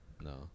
No